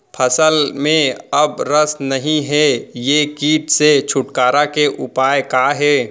फसल में अब रस नही हे ये किट से छुटकारा के उपाय का हे?